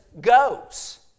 goes